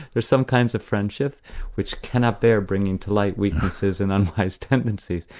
there are some kinds of friendship which cannot bear bringing to light weaknesses and unwise tendencies.